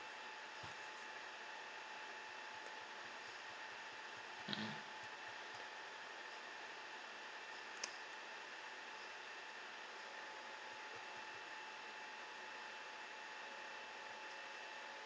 mmhmm